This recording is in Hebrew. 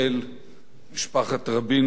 משפחת רבין לדורותיה,